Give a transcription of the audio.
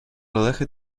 rodaje